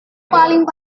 paling